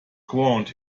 ground